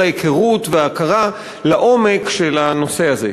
ההיכרות וההכרה לעומק של הנושא הזה.